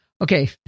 Okay